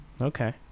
Okay